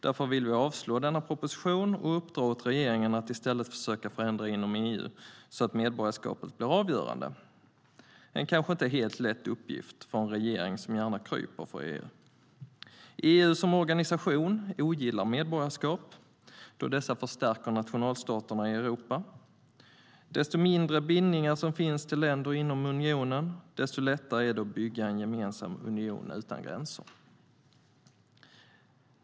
Därför vill vi avstyrka denna proposition och uppdra åt regeringen att i stället försöka förändra inom EU så att medborgarskapet blir avgörande - en kanske inte helt lätt uppgift för en regering som gärna kryper för EU. EU som organisation ogillar medborgarskap då dessa förstärker nationalstaterna i Europa. Ju mindre bindningar som finns till länder inom unionen, desto lättare att bygga på en gemensam union utan gränser.